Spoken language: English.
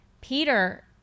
Peter